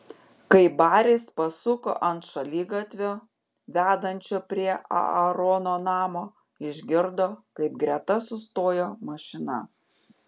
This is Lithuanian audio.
kai baris pasuko ant šaligatvio vedančio prie aarono namo išgirdo kaip greta sustojo mašina